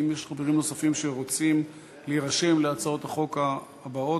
אם יש חברים נוספים שרוצים להירשם להצעות החוק הבאות,